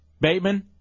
Bateman